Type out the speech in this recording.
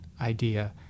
idea